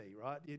right